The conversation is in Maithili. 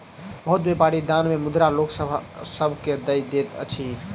बहुत व्यापारी दान मे मुद्रा लोक सभ के दय दैत अछि